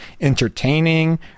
entertaining